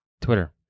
Twitter